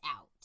out